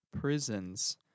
prisons